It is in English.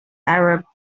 arab